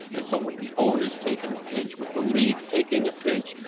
and so with the owners taking a pinch, with the leagues taking a pinch,